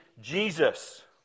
Jesus